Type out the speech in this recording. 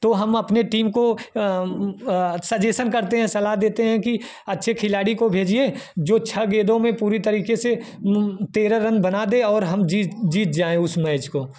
तो हम अपने टीम को सजेशन करते हैं सलाह देते हैं कि अच्छे खिलाड़ी को भेजिए जो छः गेंदों में पूरी तरीके से तेरह रन बना दे और जी जीत जाएँ उस मैच को